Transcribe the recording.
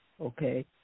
okay